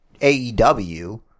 AEW